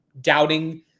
doubting